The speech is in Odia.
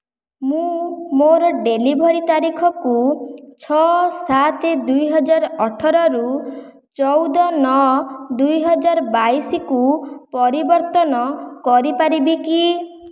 ମୁଁ ମୋର ଡେଲିଭରି ତାରିଖକୁ ଛଅ ସାତ ଦୁଇହଜାର ଅଠର ରୁ ଚଉଦ ନଅ ଦୁଇହଜାର ବାଇଶି କୁ ପରିବର୍ତ୍ତନ କରିପାରିବି କି